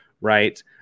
right